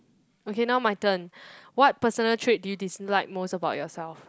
okay now my turn what personal trait do you dislike most about yourself